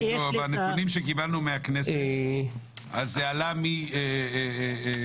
לא, בנתונים שקיבלנו מהכנסת זה עלה מ -- מ-2007